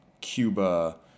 Cuba